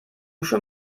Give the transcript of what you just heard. schon